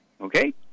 Okay